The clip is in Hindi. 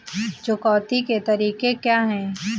चुकौती के तरीके क्या हैं?